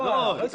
מזורז.